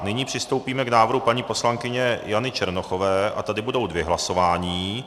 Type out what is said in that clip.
Nyní přistoupíme k návrhu paní poslankyně Jany Černochové a tady budou dvě hlasování.